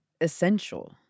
essential